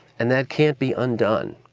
and that can't be undone,